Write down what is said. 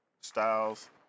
Styles